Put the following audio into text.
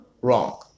wrong